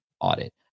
audit